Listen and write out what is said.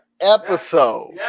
episode